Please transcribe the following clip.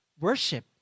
Worship